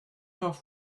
off